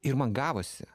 ir man gavosi